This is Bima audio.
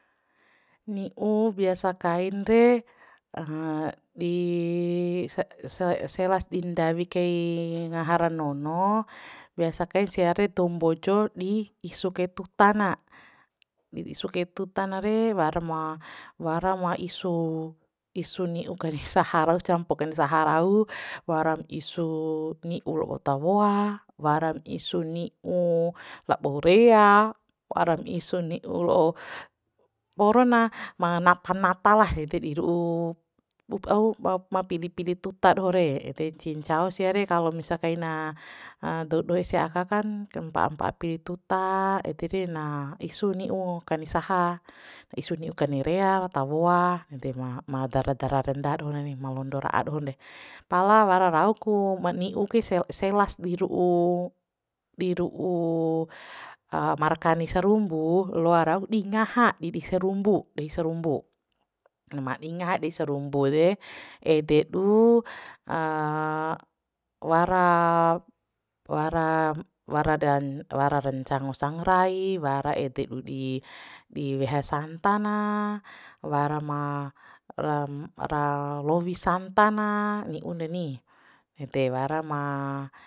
Ni'u biasa kain re di selas di ndawi kai ngaha ra nono biasa kain sia re dou mbojo di isu kai tuta na di isu kai tuta na re wara ma wara ma isu isu ni'u kai saha rau campo kain saha rau waram isu ni'u la'o tawoa waran isu ni'u labo rea waran isu ni'u la'o poro na ma nata nata lah ede di ru'u au ma- ma pili pili tuta doho re ede ncihi ncao sia re kalo misa kaina dou doho ese aka kan mpa'a mpa'a pili tuta ede re na isu ni'u kani saha isu ni'u kani rea ra tawoa ede ma ma dara darah renda doho reni ma londo ra'a dohon re pala wara rau ku ma ni'u ke selas di ru'u di ru'u markani sarumbu loa rauk di ngaha di di sarumbu dei sarumbu ma di ngaha dei sarumbu nggo ede ede ru wara waram wara wara rancango sangrai wara ede ru di di weha santa na wara ma ra ra lowi santa na ni'un reni ede wara ma